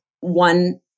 one